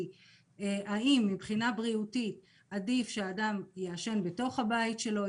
האם מבחינה בריאותית עדיף שאדם יעשן בתוך הבית שלו,